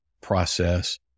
process